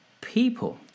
people